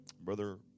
Brother